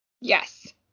Yes